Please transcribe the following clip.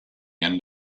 end